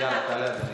יאללה, תעלה, אדוני.